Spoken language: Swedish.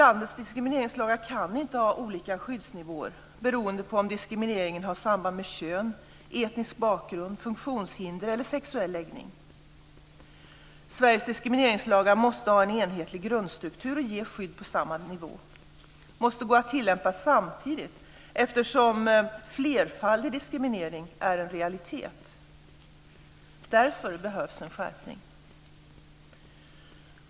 Landets diskrimineringslagar kan inte ha olika skyddsnivåer beroende på om diskrimineringen har samband med kön, etnisk bakgrund, funktionshinder eller sexuell läggning. Sveriges diskrimineringslagar måste ha en enhetlig grundstruktur och ge skydd på samma nivå. De måste gå att tillämpa samtidigt, eftersom flerfaldig diskriminering är en realitet. Därför behövs det en skärpning.